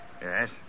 Yes